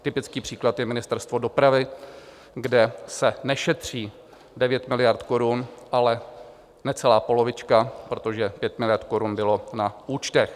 Typický příklad je Ministerstvo dopravy, kde se nešetří 9 miliard korun, ale necelá polovička, protože 5 miliard korun bylo na účtech.